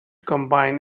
combine